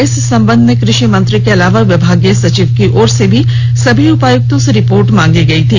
इस संबंध मेँ कृषि मंत्री के अलावा विभागीय सचिव की ओर से भी सभी उपायुक्तों से रिपोर्ट मांगी गयी थी